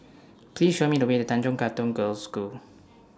Please Show Me The Way to Tanjong Katong Girls' School